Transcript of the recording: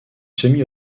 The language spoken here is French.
semi